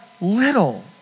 little